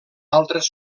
altres